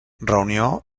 reunió